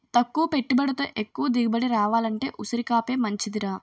తక్కువ పెట్టుబడితో ఎక్కువ దిగుబడి రావాలంటే ఉసిరికాపే మంచిదిరా